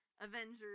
Avengers